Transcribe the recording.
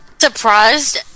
surprised